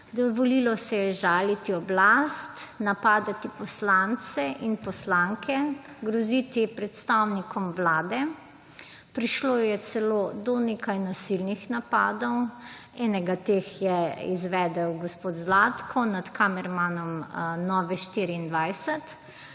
Dovolilo se je žaliti oblast, napadati poslance in poslanke, groziti predstavnikom vlade. Prišlo je celo do nekaj nasilnih napadov. Enega teh je izvedel gospod Zlatko nad kamermanom Nove24.